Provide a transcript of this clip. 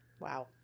Wow